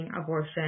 abortion